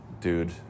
dude